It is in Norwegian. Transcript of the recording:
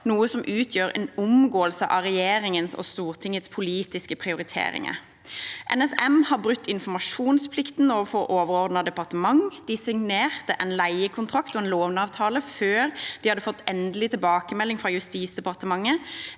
noe som utgjør en omgåelse av regjeringens og Stortingets politiske prioriteringer. NSM har brutt informasjonsplikten overfor overordnet departement. De signerte en leiekontrakt og en låneavtale før de hadde fått endelig tilbakemelding fra Justisdepartementet,